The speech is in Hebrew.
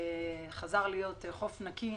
חזר להיות חוף נקי,